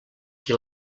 qui